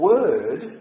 Word